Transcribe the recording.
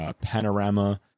Panorama